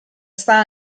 sta